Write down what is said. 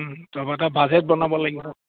তাপা এটা বাজেট বনাব লাগিব